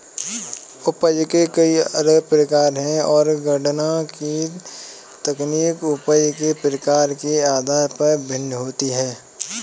उपज के कई अलग प्रकार है, और गणना की तकनीक उपज के प्रकार के आधार पर भिन्न होती है